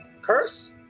Curse